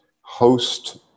host